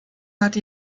hatte